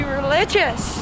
religious